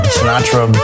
Sinatra